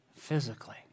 physically